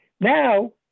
Now